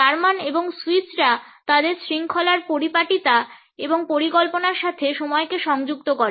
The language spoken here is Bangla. জার্মান এবং সুইসরা তাদের শৃঙ্খলার পরিপাটিতা এবং পরিকল্পনার সাথে সময়কে সংযুক্ত করে